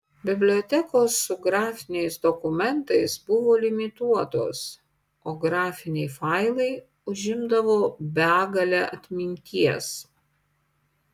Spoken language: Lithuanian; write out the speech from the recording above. bibliotekos su grafiniais dokumentais buvo limituotos o grafiniai failai užimdavo begalę atminties